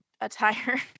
attire